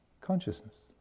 consciousness